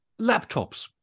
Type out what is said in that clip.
laptops